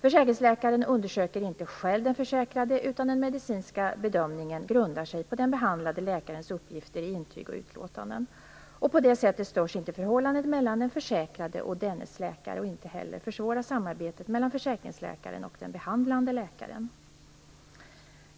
Försäkringsläkaren undersöker inte själv den försäkrade, utan den medicinska bedömningen grundar sig på den behandlande läkarens uppgifter i intyg och utlåtanden. På det sättet störs inte förhållandet mellan den försäkrade och dennes läkare och inte heller försvåras samarbetet mellan försäkringsläkaren och den behandlande läkaren.